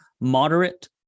Moderate